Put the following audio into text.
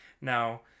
Now